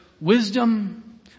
wisdom